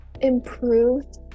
improved